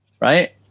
right